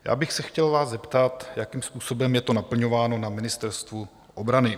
Já bych se vás chtěl zeptat, jakým způsobem je to naplňováno na Ministerstvu obrany.